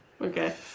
Okay